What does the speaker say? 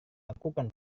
lakukan